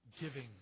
giving